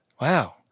Wow